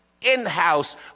in-house